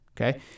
Okay